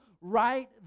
right